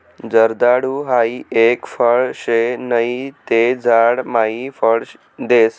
जर्दाळु हाई एक फळ शे नहि ते झाड मायी फळ देस